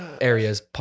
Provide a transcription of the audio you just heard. areas